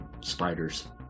spiders